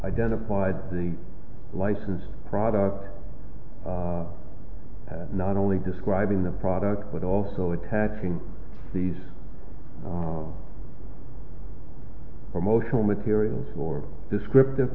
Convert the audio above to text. identified the licensed product not only describing the product but also attacking these promotional materials or descriptive